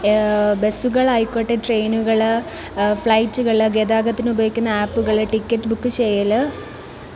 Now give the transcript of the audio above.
ബസുകളായിക്കോട്ടെ ട്രെയിനുകൾ ഫ്ലൈറ്റുകൾ ഗതാഗതത്തിന് ഉപയോഗിക്കുന്ന ആപ്പുകൾ ടിക്കറ്റ് ബുക്ക് ചെയ്യൽ